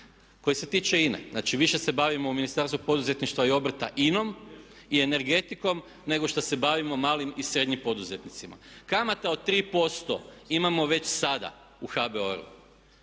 koji se tiče INE, znači više se bavimo Ministarstvo poduzetništva i obrta INOM i energetikom nego što se bavimo malim i srednjim poduzetnicima. Kamata od tri posto imamo već sada u HABOR-u,